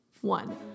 One